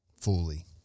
fully